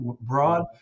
broad